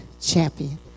champion